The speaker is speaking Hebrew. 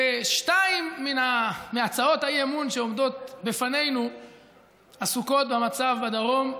ושתיים מהצעות האי-אמון שעומדות בפנינו עוסקות במצב בדרום,